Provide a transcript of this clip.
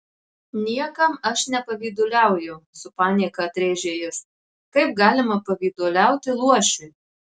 niekam aš nepavyduliauju su panieka atrėžė jis kaip galima pavyduliauti luošiui